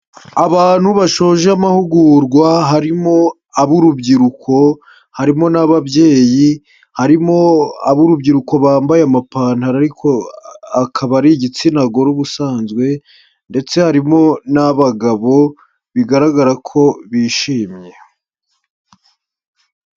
Abantu bashoje amahugurwa, harimo ab'urubyiruko, harimo n'ababyeyi, harimo ab'urubyiruko bambaye amapantaro ariko akaba ari igitsina gore ubusanzwe ndetse harimo n'abagabo bigaragara ko bishimye.